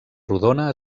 rodona